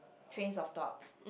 trends of thoughts